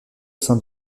sein